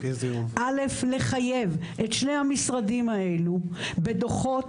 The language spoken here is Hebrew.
א' לחייב את שני המשרדים האלו בדוחות